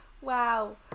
wow